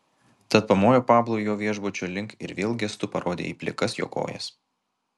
tad pamojo pablui jo viešbučio link ir vėl gestu parodė į plikas jo kojas